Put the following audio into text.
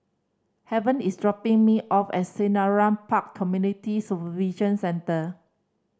Haven is dropping me off at Selarang Park Community Supervision Centre